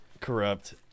corrupt